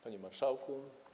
Panie Marszałku!